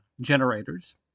generators